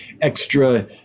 extra